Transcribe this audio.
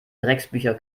drecksbücher